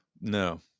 No